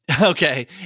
Okay